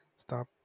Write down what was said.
stop